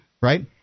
right